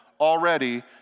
already